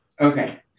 Okay